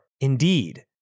indeed